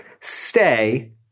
Stay